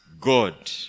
God